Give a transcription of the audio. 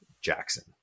Jackson